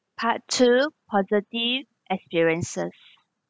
part two positive experiences